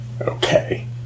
Okay